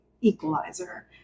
equalizer